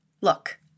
Look